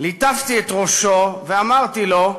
ליטפתי את ראשו ואמרתי לו: